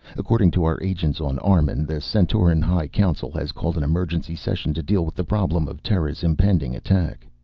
according to our agents on armun, the centauran high council has called an emergency session to deal with the problem of terra's impending attack.